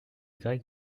greg